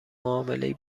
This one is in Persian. معاملهای